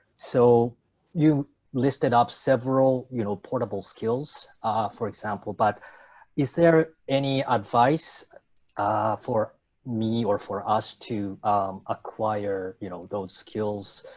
so you listed up several, you know, portable skills for example, but is there any advice for me or for us to acquire you know those skills?